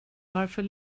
varför